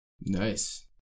Nice